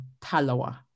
Talawa